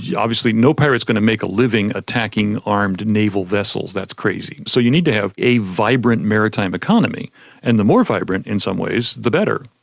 yeah obviously no pirate's going to make a living attacking armed naval vessels, that's crazy. so you need to have a vibrant maritime economy and the more vibrant, in some ways, the better.